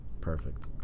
Perfect